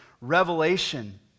Revelation